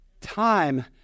time